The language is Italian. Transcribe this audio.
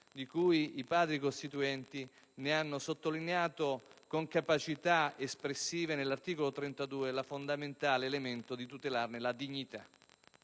di cui i Padri costituenti hanno sottolineato, con capacità espressive, nell'articolo 32, il fondamentale elemento di tutela della dignità.